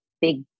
big